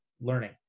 learning